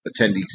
attendees